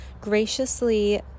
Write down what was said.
graciously